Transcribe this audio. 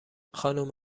خانم